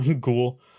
Cool